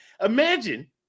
Imagine